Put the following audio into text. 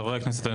חבר הכנסת,